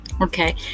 Okay